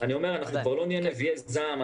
אנחנו כבר לא נהיה נביאי זעם,